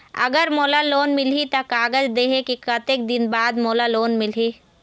अगर मोला लोन मिलही त कागज देहे के कतेक दिन बाद मोला लोन मिलही?